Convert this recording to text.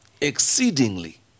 exceedingly